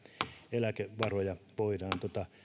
eläkevaroja voidaan